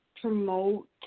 promote